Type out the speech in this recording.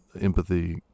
empathy